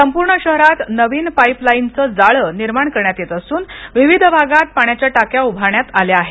संपूर्ण शहरात नवीन पाईपलाईनचं जाळं निर्माण करण्यात येत असून विविध भागात पाण्याच्या टाक्या उभारण्यात आल्या आहेत